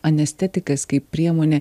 anestetikas kaip priemonė